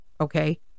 okay